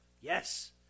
Yes